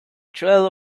trail